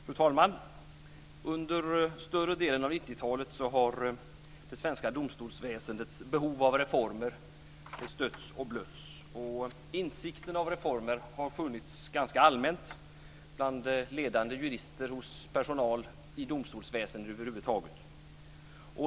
Fru talman! Under större delen av 90-talet har det svenska domstolsväsendets behov av reformer stötts och blötts. Insikten om behovet av reformer har funnits ganska allmänt bland ledande jurister och hos personal i domstolsväsendet över huvud taget.